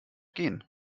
gehen